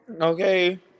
Okay